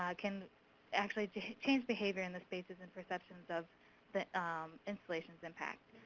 um can actually change behavior in the spaces and perceptions of the installation's impact.